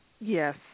Yes